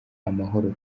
amahoro